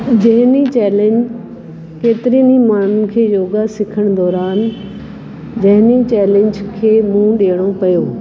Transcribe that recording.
जहिमी challenge केतिरनि ई माण्हुनि खे योगा सिखणु दौरान जहिमी चैलेंज खे मुंहुं ॾियणो पियो